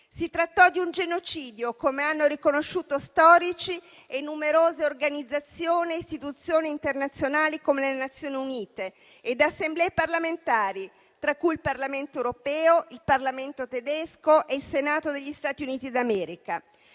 Si trattò di un genocidio, come hanno riconosciuto storici, numerose organizzazioni e istituzioni internazionali, come le Nazioni Unite, e assemblee parlamentari, tra cui il Parlamento europeo, il Parlamento tedesco e il Senato degli Stati Uniti d'America.